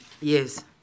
Yes